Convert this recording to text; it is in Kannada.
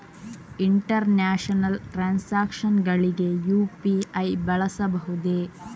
ಇಂಟರ್ನ್ಯಾಷನಲ್ ಟ್ರಾನ್ಸಾಕ್ಷನ್ಸ್ ಗಳಿಗೆ ಯು.ಪಿ.ಐ ಬಳಸಬಹುದೇ?